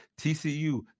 TCU